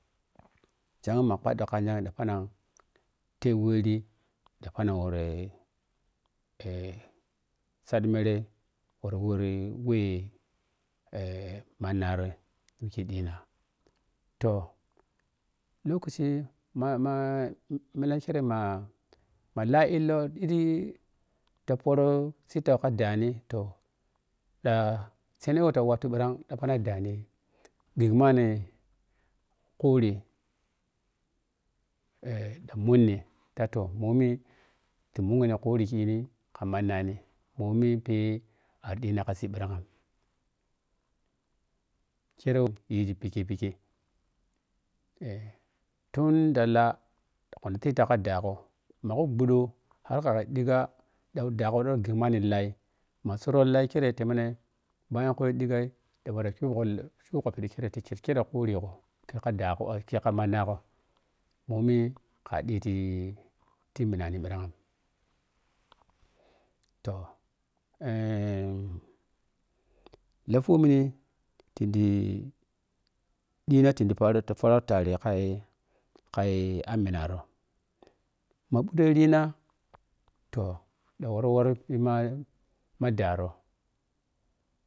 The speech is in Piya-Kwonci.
Cagya ma bhaɗoka nyang ɗa phanany te wori ɗa phanang wor. eh sad mere wor were we eh ma moroi mike jhina toh lokoshi ma ma millam khirema ma laa, illo ɗhiti ta poor siftau ka da ani ɗani ɗhigig manni kuri eh ɗa muni ta toh mommi ti muggh na kuri ki ni ka mannani murni phe ari ɗhina kasii ghirang kere yoghi phike phike eh tun da laa kuni tep ka daa gho maku bhudo har ka ka ɗhigha da ya ɗagho tad manni laai ma suro lai keretemine bayan lau yi ɗhiggai te phe ta khup gho khup gho phidi ki ti kuri gho keka ɗagho koh kera mannagho momi ka ɗhiti ti minan, phirang toh eh la fomini tinɗi ɗhina tin di yi for a tere ka kai ammminna roi ma bhure rina toh da wor wor bhima ma daaro.